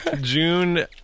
June